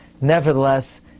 nevertheless